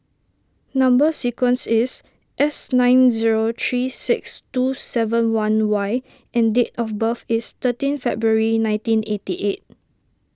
Number Sequence is S nine zero three six two seven one Y and date of birth is thirteen February nineteen eighty eight